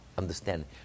Understand